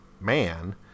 man